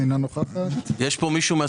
אינה נוכחת מיכאל